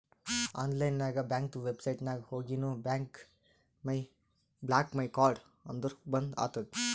online ನಾಗ್ ಬ್ಯಾಂಕ್ದು website ನಾಗ್ ಹೋಗಿನು ಬ್ಲಾಕ್ ಮೈ ಕಾರ್ಡ್ ಅಂದುರ್ ಬಂದ್ ಆತುದ